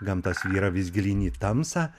gamta svyra vis gilyn į tamsą